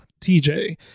tj